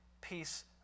peace